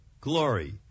glory